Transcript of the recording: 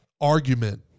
argument